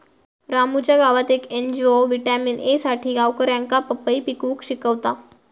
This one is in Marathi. रामूच्या गावात येक एन.जी.ओ व्हिटॅमिन ए साठी गावकऱ्यांका पपई पिकवूक शिकवता